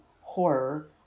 horror